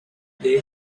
they